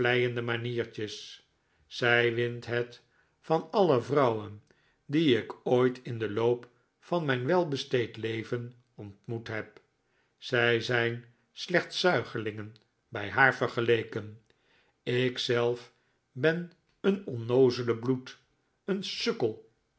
vleiende maniertjes zij wint het van alle vrouwen die ik ooit in den loop van mijn welbesteed leven ontmoet heb zij zijn slechts zuigelingen bij haar vergeleken ik zelf ben een onnoozele bloed een sukkel